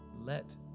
Let